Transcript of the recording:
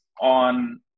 on